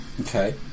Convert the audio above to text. Okay